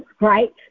right